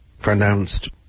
pronounced